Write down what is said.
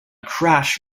crash